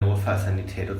notfallsanitäter